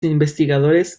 investigadores